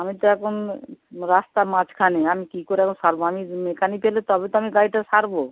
আমি তো এখন রাস্তার মাঝখানে আমি কি করে এ সারবো আমি মেকানিক এলে তবে তো আমি গাড়িটা সারবো